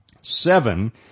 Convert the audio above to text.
Seven